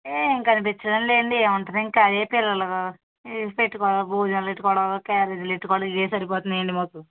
ఏం కర్రీ తెచ్చాము లెండి అందుకే ఇంకా అయ్యే పిల్లలు పెట్టుకో భోజనాలు పెట్టుకోవడం క్యారేజీలు పెట్టుకోవాలి ఇవే సరిపోతున్నాయండి మాకు